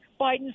Biden